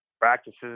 Practices